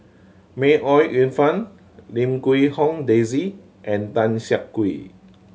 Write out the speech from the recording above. May Ooi Yu Fen Lim Quee Hong Daisy and Tan Siak Kew